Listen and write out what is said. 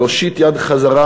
להושיט יד חזרה,